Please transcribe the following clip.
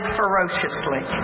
ferociously